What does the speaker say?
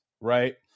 right